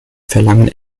verlangen